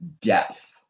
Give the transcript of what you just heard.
depth